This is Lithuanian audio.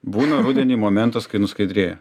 būna rudenį momentas kai nuskaidrėja